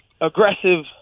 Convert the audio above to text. aggressive